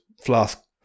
flask